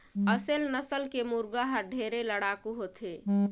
असेल नसल के मुरगा हर ढेरे लड़ाकू होथे